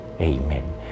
Amen